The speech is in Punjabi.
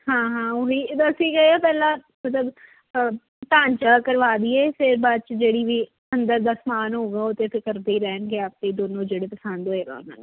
ਹਾਂ ਹਾਂ ਉਹ ਹੀ ਜਦੋਂ ਅਸੀਂ ਕਿਹਾ ਪਹਿਲਾਂ ਮਤਲਬ ਢਾਂਚਾ ਕਰਵਾ ਦੇਈਏ ਫਿਰ ਬਾਅਦ 'ਚ ਜਿਹੜੀ ਵੀ ਅੰਦਰ ਦਾ ਸਮਾਨ ਹੋਵੇਗਾ ਉਹ ਤਾਂ ਫਿਰ ਕਰਦੇ ਹੀ ਰਹਿਣਗੇ ਆਪੇ ਦੋਨੋ ਜਿਹੜੇ ਪਸੰਦ ਹੋਵੇਗਾ ਉਹਨਾਂ ਨੂੰ